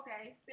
okay